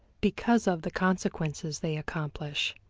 because of the consequences they accomplish,